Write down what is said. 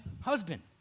husband